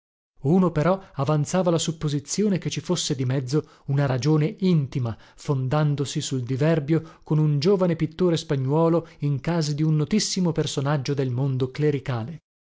uno però avanzava la supposizione che ci fosse di mezzo una ragione intima fondandosi sul diverbio con un giovane pittore spagnuolo in casa di un notissimo personaggio del mondo